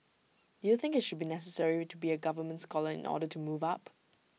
do you think IT should be necessary to be A government scholar in order to move up